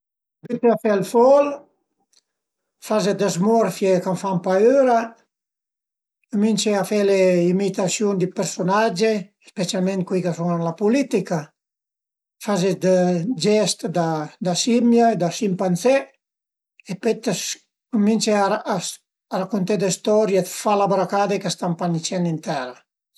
Arive a fe ël fol, faze dë zmorfie ch'a fan paüra, cumince a fe le imitasiun di persunage, specialment cui ch'a sun ën la pulitica, faze dë gest da scimmia e da scimpenzé e pöi cumincé a racunté dë storie, dë falabracade ch'a stan pa ni ën cel ni ën tera